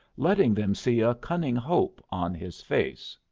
letting them see a cunning hope on his face.